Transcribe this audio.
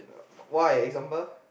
why example